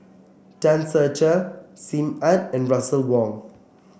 Tan Ser Cher Sim Ann and Russel Wong